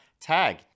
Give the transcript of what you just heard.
tag